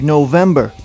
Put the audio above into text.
November